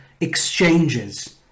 exchanges